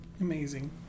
amazing